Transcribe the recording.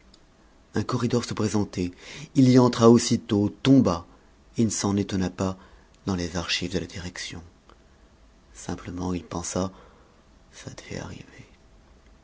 un corridor se présentait il y entra aussitôt tomba et ne s'en étonna pas dans les archives de la direction simplement il pensa ça devait arriver